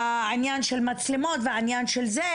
העניין של מצלמות והעניין של זה,